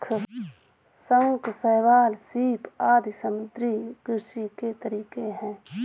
शंख, शैवाल, सीप आदि समुद्री कृषि के तरीके है